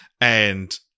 and-